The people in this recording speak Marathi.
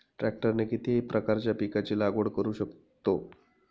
ट्रॅक्टरने किती प्रकारच्या पिकाची लागवड करु शकतो?